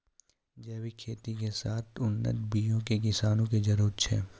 जैविक खेती के साथे उन्नत बीयो के किसानो के जरुरत छै